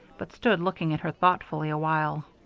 but stood looking at her thoughtfully awhile.